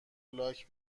لاک